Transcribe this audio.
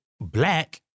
black